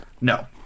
No